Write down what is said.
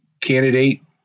candidate